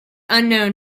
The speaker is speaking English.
unknown